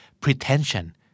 pretension